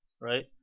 right